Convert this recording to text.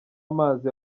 amazi